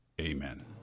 Amen